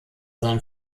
sein